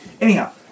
Anyhow